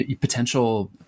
potential